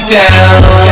down